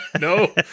no